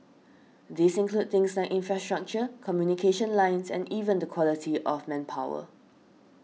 these include things like infrastructure communication lines and even the quality of manpower